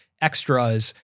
extras